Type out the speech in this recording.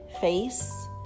face